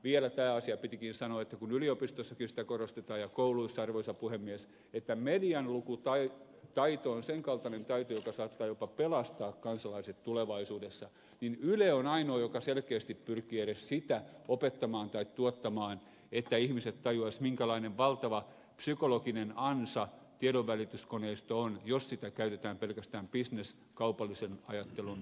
vielä tämä asia pitikin sanoa kun yliopistoissakin sitä korostetaan ja kouluissa arvoisa puhemies että medialukutaito on sen kaltainen taito joka saattaa jopa pelastaa kansalaiset tulevaisuudessa että yle on ainoa joka selkeästi pyrkii edes sitä opettamaan tai tuottamaan että ihmiset tajuaisivat minkälainen valtava psykologinen ansa tiedonvälityskoneisto on jos sitä käytetään pelkästään bisneskaupallisen ajattelun tuottamana